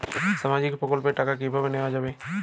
সামাজিক প্রকল্পের টাকা কিভাবে নেওয়া যাবে?